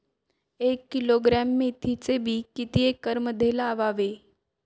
एक किलोग्रॅम मेथीचे बी किती एकरमध्ये लावावे?